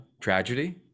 tragedy